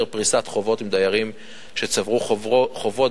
פריסת חובות עם דיירים שצברו חובות,